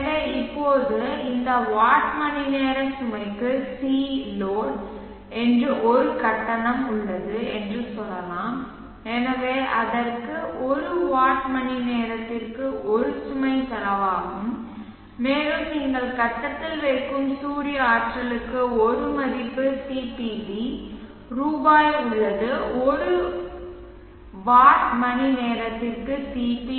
எனவே இப்போது இந்த வாட் மணிநேர சுமைக்கு Cload என்று ஒரு கட்டணம் உள்ளது என்று சொல்லலாம் எனவே அதற்கு ஒரு வாட் மணி நேரத்திற்கு ஒரு சுமை செலவாகும் மேலும் நீங்கள் கட்டத்தில் வைக்கும் சூரிய ஆற்றலுக்கு ஒரு மதிப்பு CPV ரூபாய் உள்ளது ஒரு வாட் மணி நேரத்திற்கு CPV